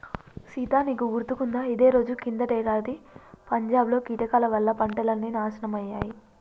సీత నీకు గుర్తుకుందా ఇదే రోజు కిందటేడాది పంజాబ్ లో కీటకాల వల్ల పంటలన్నీ నాశనమయ్యాయి